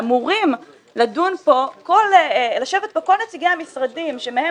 אמורים לשבת פה ולדון כל נציגי המשרדים שמהם